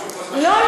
לא,